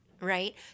right